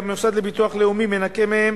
והמוסד לביטוח לאומי מנכה מהם,